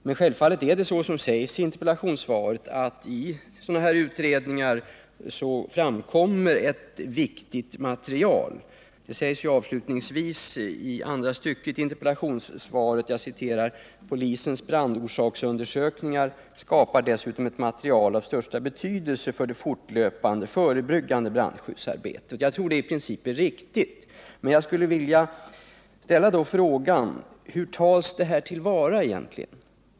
Men självfallet — det sägs också i interpellationssvaret — framkommer vid sådana utredningar ett viktigt material. I interpellationssvarets andra stycke sägs ju avslutningsvis: ”Polisens brandorsaksundersökningar skapar dessutom ett material av största betydelse för det fortlöpande förebyggande brandskyddsarbetet.” Jag troratt det i princip är riktigt. Men hur tas detta material till vara?